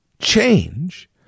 change